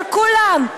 של כולם,